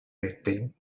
anything